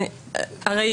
הרי